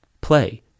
Play